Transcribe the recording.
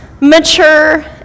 mature